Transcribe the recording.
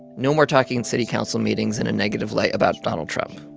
no more talking in city council meetings in a negative light about donald trump.